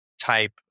type